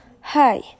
Hi